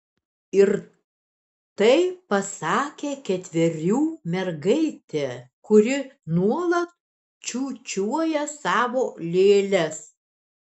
ir tai pasakė ketverių mergaitė kuri nuolat čiūčiuoja savo lėles